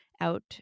out